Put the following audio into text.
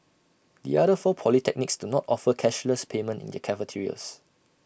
the other four polytechnics do not offer cashless payment in their cafeterias